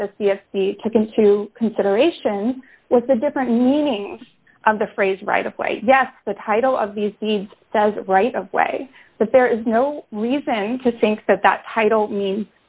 that the c s c took into consideration was the different meaning of the phrase right of way yes the title of these deeds says a right of way but there is no reason to think that that title mean